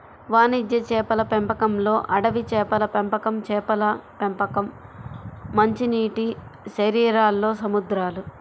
వాణిజ్య చేపల పెంపకంలోఅడవి చేపల పెంపకంచేపల పెంపకం, మంచినీటిశరీరాల్లో సముద్రాలు